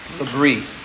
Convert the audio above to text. agree